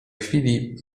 chwili